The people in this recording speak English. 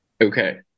Okay